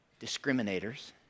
discriminators